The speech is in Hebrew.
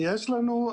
יש לנו.